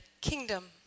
kingdom